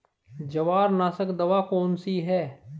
जवारनाशक दवा कौन सी है?